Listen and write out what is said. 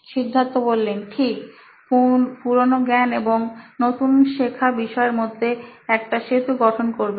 সিদ্ধার্থ ঠিক পুরানো জ্ঞান এবং নতুন শেখা বিষয়ের মধ্যে একটা সেতু গঠন করবে